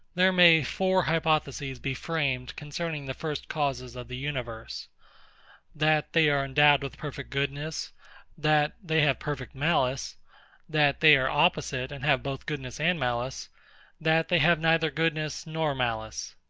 there may four hypotheses be framed concerning the first causes of the universe that they are endowed with perfect goodness that they have perfect malice that they are opposite, and have both goodness and malice that they have neither goodness nor malice.